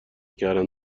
کردن